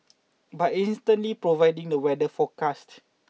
by instantly providing the weather forecast